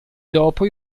dopo